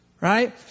Right